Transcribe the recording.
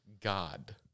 God